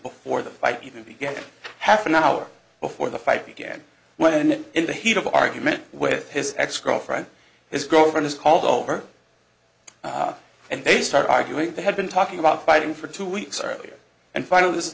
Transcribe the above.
before the fight even began half an hour before the fight began when in the heat of argument with his ex girlfriend his girlfriend is called over and they start arguing they had been talking about fighting for two weeks earlier and finally this is